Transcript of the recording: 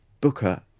booker